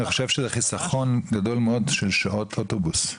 חושב שזה חסכון גדול מאד של שעות אוטובוס.